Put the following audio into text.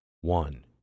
One